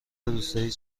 روستایی